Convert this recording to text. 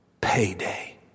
Payday